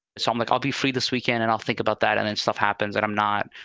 so i'm like, i'll be free this weekend and i'll think about that. and and stuff happens that i'm not.